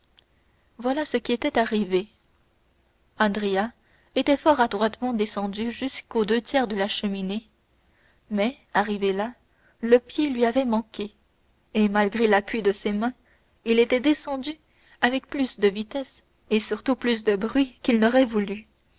voilà ce qui était arrivé andrea était fort adroitement descendu jusqu'aux deux tiers de la cheminée mais arrivé là le pied lui avait manqué et malgré l'appui de ses mains il était descendu avec plus de vitesse et surtout plus de bruit qu'il n'aurait voulu